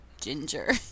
ginger